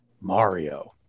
Mario